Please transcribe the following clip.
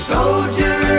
Soldier